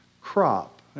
crop